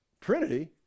Trinity